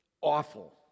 awful